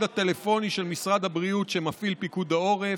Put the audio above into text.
הטלפוני של משרד הבריאות שמפעיל פיקוד העורף.